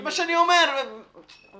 זה מה שאני אומר, לגמרי.